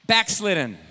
Backslidden